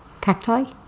Cacti